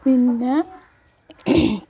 പിന്നെ